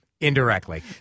indirectly